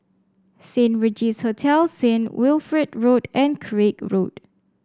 Saint Regis Hotel Saint Wilfred Road and Craig Road